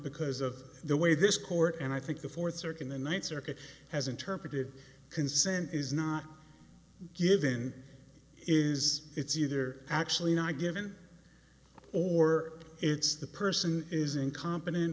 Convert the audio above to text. because of the way this court and i think the fourth circuit the ninth circuit has interpreted consent is not given is it's either actually not given or it's the person is incompetent